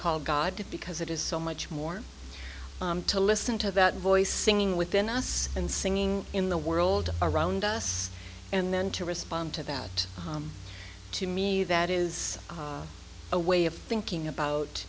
called god because it is so much more to listen to that voice singing within us and singing in the world around us and then to respond to that out to me that is a way of thinking about